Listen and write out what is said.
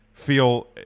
feel